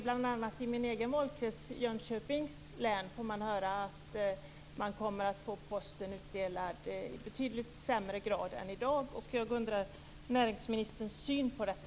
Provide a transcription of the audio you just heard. Bl.a. får vi höra att man i min egen valkrets, Jönköpings län, kommer att få posten utdelad i betydligt lägre grad än i dag. Jag undrar över näringsministerns syn på detta.